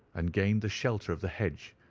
and gained the shelter of the hedge,